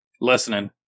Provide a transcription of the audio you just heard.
Listening